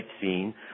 scene